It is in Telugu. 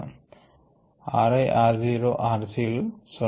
r I r o and r c లు సున్నా